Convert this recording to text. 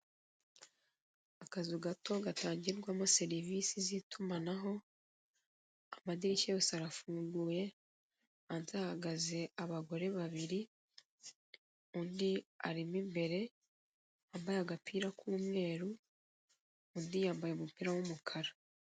Akazu gato gatangirwamo serivise z'itumanaho, amadirishya yose arafunguye hanze hahagaze abagore babiri undi arimo imbere wambaye agapira k'umweru, undi yambaye umupira w'umukara.